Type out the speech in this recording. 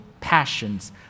passions